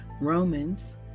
Romans